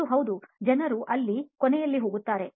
ಮತ್ತು ಹೌದು ಜನರು ಇಲ್ಲಿ ಕೊನೆಯಲ್ಲಿ ಹೋಗುತ್ತಾರೆ